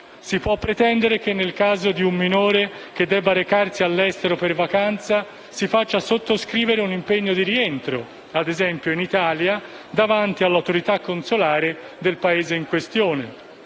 Si può pretendere, nel caso di un minore che deve recarsi all'estero per vacanza, la sottoscrizione di un impegno al rientro (ad esempio in Italia) davanti all'autorità consolare del Paese in questione.